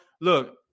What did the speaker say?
Look